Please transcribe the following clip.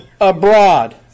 abroad